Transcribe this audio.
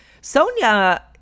Sonia